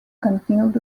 continued